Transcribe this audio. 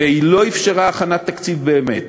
והיא לא אפשרה הכנת תקציב באמת